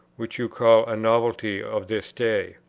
which you call a novelty of this day.